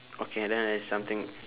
okay then there's something